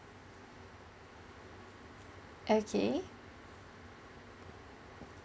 okay